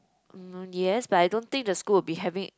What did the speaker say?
mm yes but I don't think the school will be having